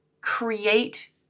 create